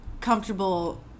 comfortable